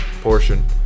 portion